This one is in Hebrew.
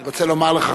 אני רוצה לומר לך,